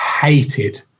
hated